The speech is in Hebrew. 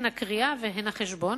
הן הקריאה והן החשבון,